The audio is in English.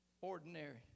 ordinary